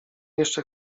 jeszcze